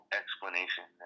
explanation